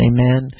Amen